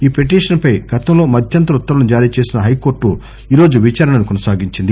ఈ పిటిషన్ పై గతంలో మధ్యంతర ఉత్తర్వులను జారీ చేసిన హై కోర్టు ఈరోజు విచారణను కొనసాగించింది